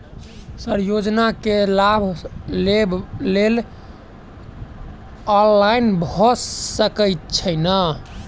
Sir योजना केँ लाभ लेबऽ लेल ऑनलाइन भऽ सकै छै नै?